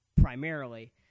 primarily